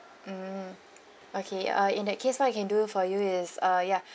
mm okay uh in that case what I can do for you is uh yeah